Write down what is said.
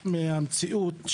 להתמודד.